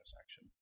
action